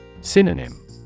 Synonym